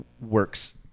works